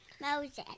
Moses